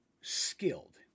skilled